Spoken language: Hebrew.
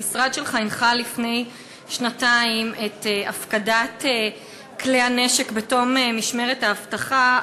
המשרד שלך הנחה לפני שנתיים הפקדת כלי הנשק בתום משמרת האבטחה,